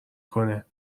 کنه